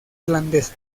holandesa